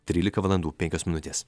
trylika valandų penkios minutės